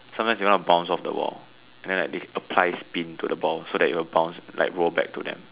sometimes they want to bounce off the wall and then like they apply spin to the ball so that it will bounce like roll back to them